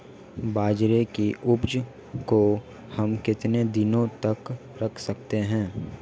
बाजरे की उपज को हम कितने दिनों तक रख सकते हैं?